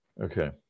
okay